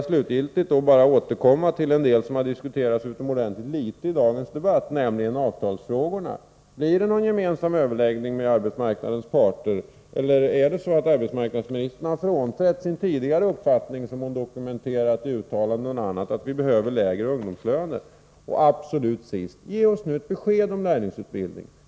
Slutligen vill jag återkomma till något som har diskuterats utomordentligt litet i dagens debatt, nämligen avtalsfrågorna. Blir det någon gemensam överläggning med arbetsmarknadens parter, eller har arbetsmarknadsministern frånträtt sin tidigare uppfattning som hon dokumenterat i uttalanden och annat, att vi behöver lägre ungdomslöner? Ge oss nu ett besked om lärlingsutbildningen!